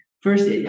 First